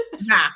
Nah